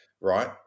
right